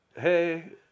hey